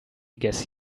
guess